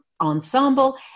ensemble